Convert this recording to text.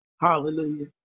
hallelujah